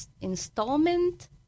installment